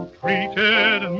treated